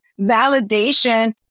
validation